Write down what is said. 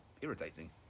irritating